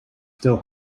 still